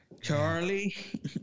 Charlie